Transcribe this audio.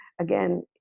again